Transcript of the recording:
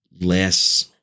less